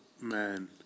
man